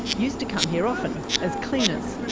used to come here often, as cleaners.